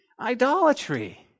idolatry